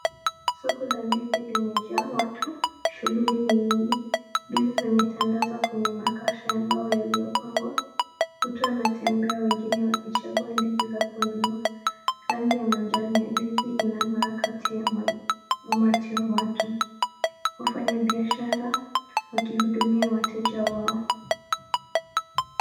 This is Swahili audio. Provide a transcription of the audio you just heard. Soko la ndizi limejaa watu, shughuli ni nyingi. Ndizi zimetandazwa kwenye makasha ya mbao yaliyopangwa. Watu wanatembea, wengine wakichagua ndizi za kununua. Rangi ya manjano ya ndizi inang'ara kati ya umati wa watu. Wafanya biashara wakihudumia wateja wao.